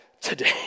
today